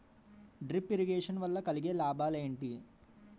Drip irrigation వల్ల కలిగే లాభాలు ఏంటి?